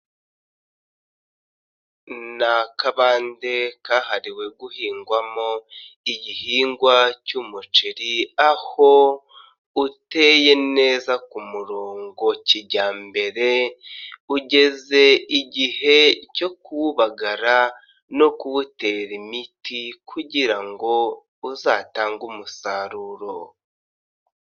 Ni akabande kahariwe guhingwamo igihingwa cy'umuceri, aho uteye neza ku murongo kijyambere, ugeze igihe cyo kuwubagara no kuwutera imiti kugira ngo uzatange umusaruro.